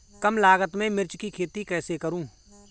कम लागत में मिर्च की खेती कैसे करूँ?